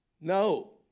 No